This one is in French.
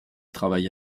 travaille